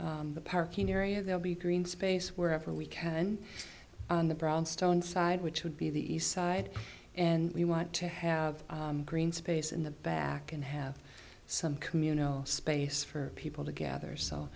along the parking area they'll be green space wherever we can on the brownstone side which would be the east side and we want to have green space in the back and have some communal space for people to gather so